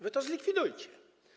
Wy to zlikwidujcie.